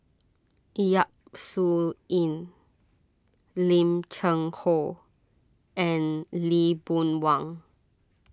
Yap Su Yin Lim Cheng Hoe and Lee Boon Wang